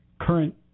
current